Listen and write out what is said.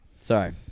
Sorry